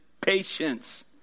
patience